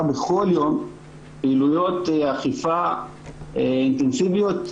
בכל יום פעילויות אכיפה אינטנסיביות,